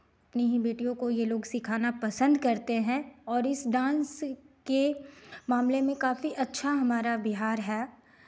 अपनी ही बेटियों को ये लोग सिखाना पसंद करते हैं और इस डांस के मामले में काफी अच्छा हमारा बिहार है